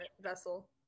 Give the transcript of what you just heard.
vessel